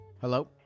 Hello